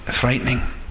frightening